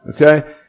okay